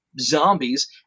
zombies